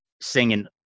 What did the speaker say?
singing